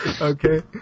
Okay